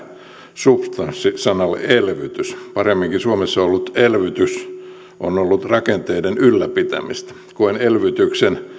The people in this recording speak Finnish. substanssi sanalle elvytys paremminkin suomessa ollut elvytys on ollut rakenteiden ylläpitämistä koen elvytyksen